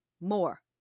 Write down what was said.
more